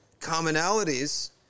commonalities